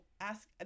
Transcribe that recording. ask